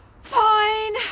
Fine